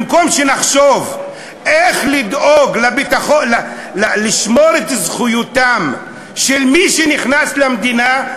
במקום שנחשוב איך לדאוג לשמור את זכויותיהם של מי שנכנסים למדינה,